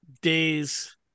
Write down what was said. days